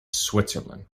switzerland